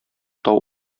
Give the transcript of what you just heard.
тау